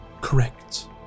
Correct